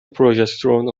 پروژسترون